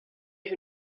who